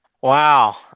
Wow